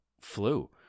flu